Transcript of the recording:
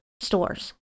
stores